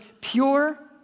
pure